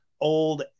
old